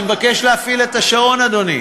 אני מבקש להפעיל את השעון, אדוני.